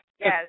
yes